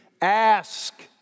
Ask